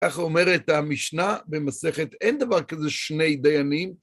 ככה אומרת המשנה במסכת אין דבר כזה שני דיינים.